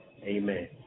Amen